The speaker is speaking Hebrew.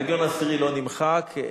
הלגיון העשירי לא נמחק.